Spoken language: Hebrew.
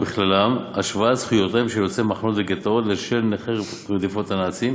ובכללם השוואת זכויותיהם של יוצאי מחנות וגטאות לשל נכי רדיפות הנאצים,